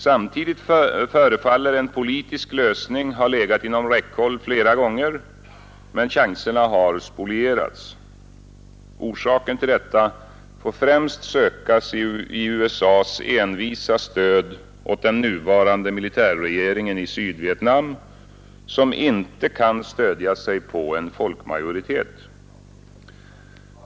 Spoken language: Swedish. Samtidigt förefaller en politisk lösning ha legat inom räckhåll flera gånger, men chanserna har spolierats. Orsaken till detta får främst sökas i USA:s envisa stöd åt den nuvarande militärregeringen i Sydvietnam, som inte kan stödja sig på någon folkmajoritet.